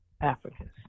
Africans